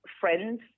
friends